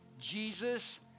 Jesus